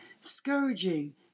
scourging